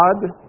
God